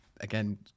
again